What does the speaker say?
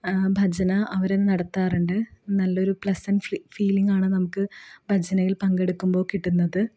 ഭജന അവര് നടത്താറുണ്ട് നല്ലൊരു പ്ലസൻറ്റ് ഫീലിങ് ആണ് നമുക്ക് ഭജനയിൽ പങ്കെടുക്കുമ്പോള് കിട്ടുന്നത്